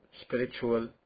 spiritual